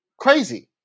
Crazy